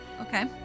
Okay